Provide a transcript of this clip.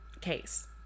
case